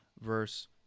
verse